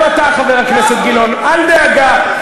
גם אתה, חבר הכנסת גילאון, אל דאגה.